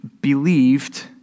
believed